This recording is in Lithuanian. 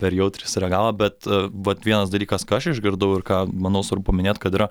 per jautriai sureagavo bet vat vienas dalykas ką aš išgirdau ir ką manau svarbu paminėti kad yra